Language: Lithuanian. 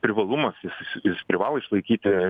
privalumas jis jis privalo išlaikyti